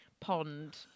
pond